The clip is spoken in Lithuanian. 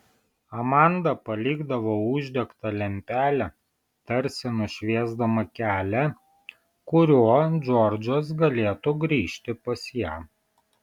amanda palikdavo uždegtą lempelę tarsi nušviesdama kelią kuriuo džordžas galėtų grįžti pas ją